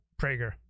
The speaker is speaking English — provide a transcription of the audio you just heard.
Prager